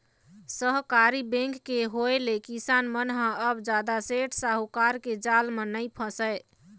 सहकारी बेंक के होय ले किसान मन ह अब जादा सेठ साहूकार के जाल म नइ फसय